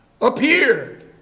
appeared